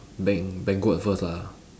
ban~ banquet first lah